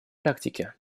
практики